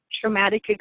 traumatic